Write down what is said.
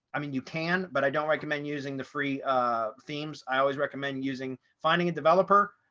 i mean, you can but i don't recommend using the free themes. i always recommend using finding a developer,